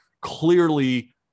clearly